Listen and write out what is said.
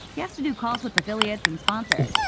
he has to do calls with affiliates and sponsors.